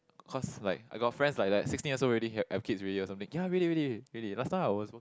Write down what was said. cause like I got friends like that sixteen years old already have have kids already or something ya really really really last time I was